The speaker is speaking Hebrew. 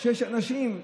שיש אנשים,